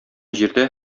җирдә